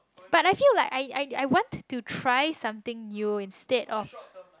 but I feel like I I I want to try something new instead of